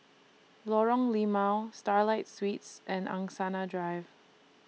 Lorong Limau Starlight Suites and Angsana Drive